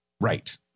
Right